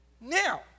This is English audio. Now